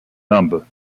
number